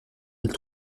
ils